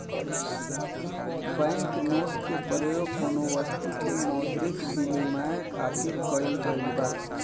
bank note के परयोग कौनो बस्तु के मौद्रिक बिनिमय खातिर कईल गइल बा